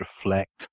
reflect